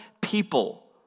people